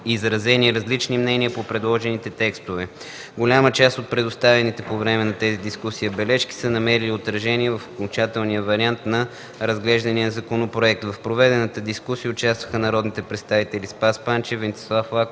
изразени различни мнения по предложените текстове. Голяма част от предоставените по време на тези дискусии бележки са намерили отражение в окончателния вариант на разглеждания законопроект. В проведената дискусия участваха народните представители Спас Панчев, Венцислав Лаков,